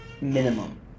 minimum